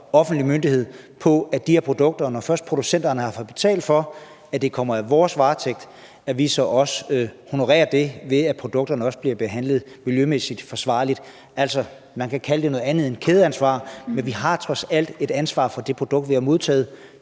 offentlig myndighed har en helt særlig forpligtigelse til, at når først producenterne har betalt for, at de her produkter kommer i vores varetægt, så skal vi også honorere det, ved at produkterne også bliver behandlet miljømæssigt forsvarligt? Altså, man kan kalde det noget andet end kædeansvar, men vi har trods alt et ansvar for det produkt, vi har modtaget.